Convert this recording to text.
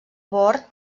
bord